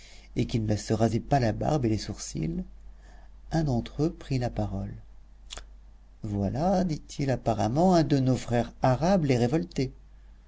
et qui ne se rasaient pas la barbe et les sourcils un d'entre eux prit la parole voilà dit-il apparemment un de nos frères arabes les révoltés